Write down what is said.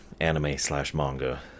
anime-slash-manga